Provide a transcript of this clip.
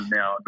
now